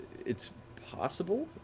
it's possible.